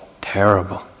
terrible